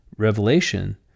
revelation